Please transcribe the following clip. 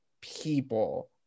people